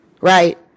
right